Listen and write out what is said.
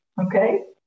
Okay